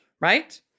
right